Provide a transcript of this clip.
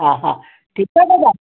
हा हा ठीकु आहे दादा